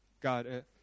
God